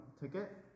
ticket